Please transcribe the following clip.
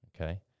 Okay